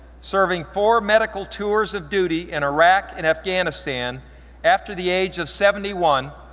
serving four medical tours of duty in iraq and afghanistan after the age of seventy one,